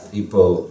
People